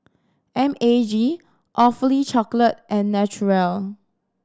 M A G Awfully Chocolate and Naturel